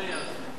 מה יהיה הסוף?